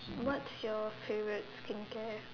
what's your favourite skincare